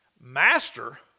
master